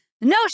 No